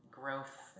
growth